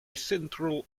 central